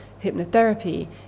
hypnotherapy